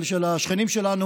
של השכנים שלנו,